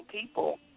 people